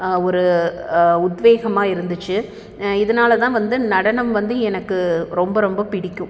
ஒரு உத்வேகமாக இருந்துச்சி இதுனால் தான் வந்து நடனம் வந்து எனக்கு ரொம்ப ரொம்ப பிடிக்கும்